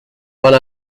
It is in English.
one